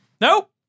Nope